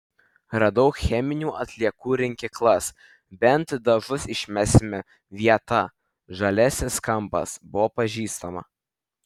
radau cheminių atliekų rinkyklas bent dažus išmesime vieta žaliasis kampas buvo pažįstama